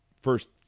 First